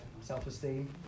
self-esteem